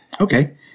Okay